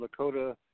Lakota